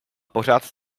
pořád